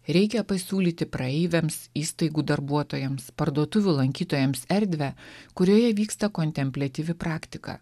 reikia pasiūlyti praeiviams įstaigų darbuotojams parduotuvių lankytojams erdvę kurioje vyksta kontempliatyvi praktika